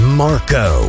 marco